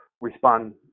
respond